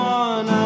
one